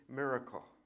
miracle